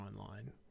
online